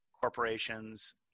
corporations